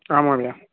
आं महोदय